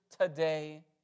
today